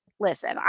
Listen